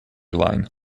line